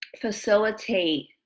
facilitate